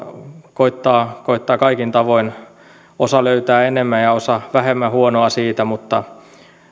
koettaa koettaa kaikin tavoin löytää osa löytää enemmän ja osa vähemmän huonoa siitä mutta